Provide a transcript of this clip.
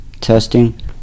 Testing